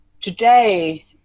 Today